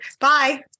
Bye